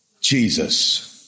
Jesus